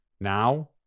Now